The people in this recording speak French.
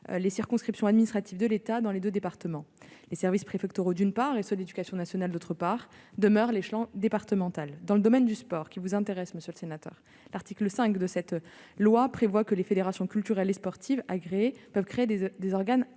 les circonscriptions administratives de l'État dans les deux départements ne sont pas modifiées. Les services préfectoraux, d'une part, et ceux de l'éducation nationale, d'autre part, demeurent l'échelon départemental. Dans le domaine du sport, monsieur le sénateur, l'article 5 de cette loi prévoit que « les fédérations culturelles et sportives agréées peuvent créer des organes